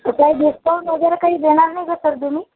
त्याच्यावर डिस्काउंट वगैरे काही देणार नाही का सर तुम्ही